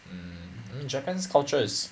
mm japan's culture is